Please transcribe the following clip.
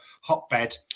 hotbed